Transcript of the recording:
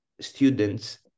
students